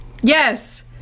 Yes